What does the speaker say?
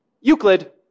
Euclid